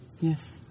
Yes